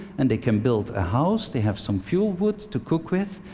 and they can build a house, they have some fuel wood to cook with.